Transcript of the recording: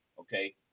okay